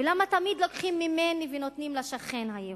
ולמה תמיד לוקחים ממני ונותנים לשכן היהודי,